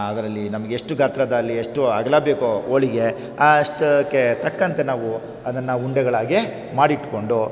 ಅದರಲ್ಲಿ ನಮಗೆ ಎಷ್ಟು ಗಾತ್ರದಲ್ಲಿ ಎಷ್ಟು ಅಗಲ ಬೇಕೋ ಹೋಳಿಗೆ ಅಷ್ಟಕ್ಕೆ ತಕ್ಕಂತೆ ನಾವು ಅದನ್ನು ಉಂಡೆಗಳಾಗಿ ಮಾಡಿಟ್ಕೊಂಡು